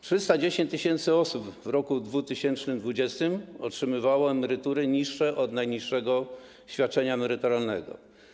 310 tys. osób w roku 2020 otrzymywało emerytury niższe od najniższego świadczenia emerytalnego.